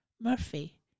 Murphy